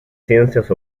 ciencias